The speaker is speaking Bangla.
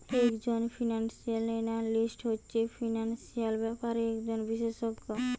একজন ফিনান্সিয়াল এনালিস্ট হচ্ছে ফিনান্সিয়াল ব্যাপারে একজন বিশেষজ্ঞ